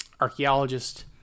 Archaeologist